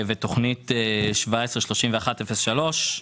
תוכנית 17-31-03,